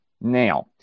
Now